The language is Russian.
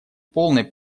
полной